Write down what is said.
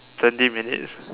twenty minutes